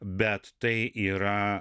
bet tai yra